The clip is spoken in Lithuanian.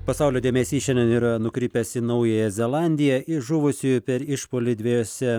pasaulio dėmesys šiandien yra nukrypęs į naująją zelandiją iš žuvusiųjų per išpuolį dviejose